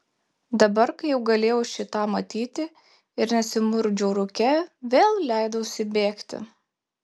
dabar kai jau galėjau šį tą matyti ir nesimurkdžiau rūke vėl leidausi bėgti